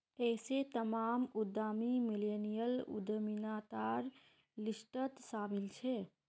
ऐसे तमाम उद्यमी मिल्लेनियल उद्यमितार लिस्टत शामिल छे